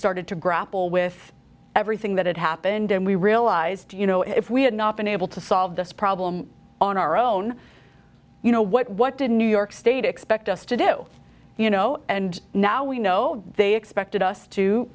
grapple with everything that had happened and we realized you know if we had not been able to solve this problem on our own you know what what did new york state expect us to do you know and now we know they expected us to